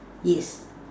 yes